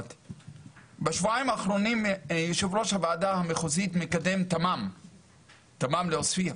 בשבועיים האחרונים יושב ראש הוועדה המחוזית מקדם תמ"מ לעוספיה,